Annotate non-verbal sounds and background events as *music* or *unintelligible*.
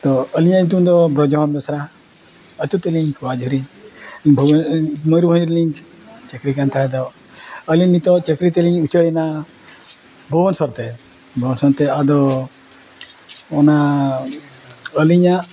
ᱛᱚ ᱟᱹᱞᱤᱧᱟᱜ ᱧᱩᱛᱩᱢ ᱫᱚ ᱵᱨᱚᱡᱚᱢᱳᱦᱚᱱ ᱵᱮᱥᱨᱟ ᱟᱛᱳ ᱛᱟᱹᱞᱤᱧ ᱠᱚᱣᱟ ᱡᱷᱩᱨᱤ *unintelligible* ᱢᱚᱭᱩᱨᱵᱷᱚᱸᱡᱽ ᱨᱮᱞᱤᱧ ᱪᱟᱹᱠᱨᱤ ᱠᱟᱱ ᱛᱟᱦᱮᱸᱫ ᱫᱚ ᱟᱹᱞᱤᱧ ᱱᱤᱛᱳᱜ ᱪᱟᱹᱠᱨᱤ ᱛᱮᱞᱤᱧ ᱩᱪᱟᱹᱲᱮᱱᱟ ᱵᱷᱩᱵᱽᱱᱮᱥᱥᱚᱨᱛᱮ ᱵᱷᱩᱵᱽᱱᱮᱥᱥᱚᱨᱛᱮ ᱟᱫᱚ ᱚᱱᱟ ᱟᱹᱞᱤᱧᱟᱜ